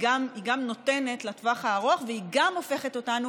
היא גם נותנת לטווח הארוך והיא גם הופכת אותנו